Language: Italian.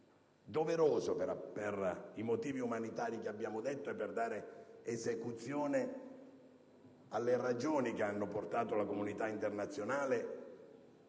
doveroso per i motivi umanitari che abbiamo detto e per dare esecuzione alle ragioni che hanno portato la comunità internazionale